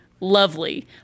lovely